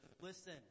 Listen